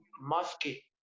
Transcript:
musky